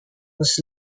was